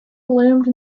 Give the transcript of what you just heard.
loomed